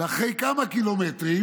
אחרי כמה קילומטרים